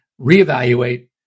reevaluate